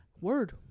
Word